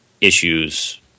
issues